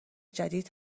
جدید